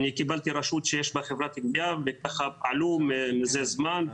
אני קיבלתי רשות שיש בה חברת גבייה וככה פעלו מזה זמן.